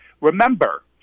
Remember